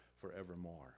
forevermore